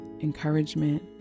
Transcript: encouragement